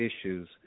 issues